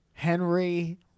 Henry